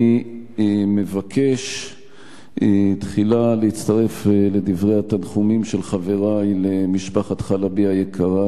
תחילה אני מבקש להצטרף לדברי התנחומים של חברי למשפחת חלבי היקרה.